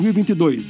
2022